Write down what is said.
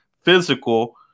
physical